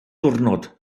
diwrnod